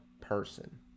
person